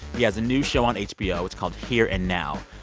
he has a new show on hbo. it's called here and now.